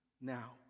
now